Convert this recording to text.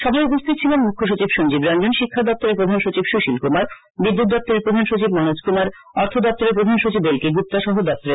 সভায় উপস্হিত ছিলান মু খ্যসচিব সঞ্জীব রঞ্জন শিক্ষা দপ্তরের প্রধান সচিব সু শীল কুমার বিদু ্যৎ দপ্তরের প্রধান সচিব মনোজ কুমার অর্থ দপ্তরের প্রধান সচিব আধিকারিকগণ